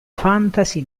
fantasy